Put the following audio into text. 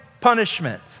punishment